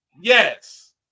yes